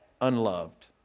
unloved